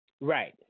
Right